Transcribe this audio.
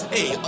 Hey